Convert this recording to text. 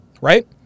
Right